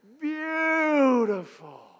beautiful